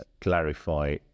clarify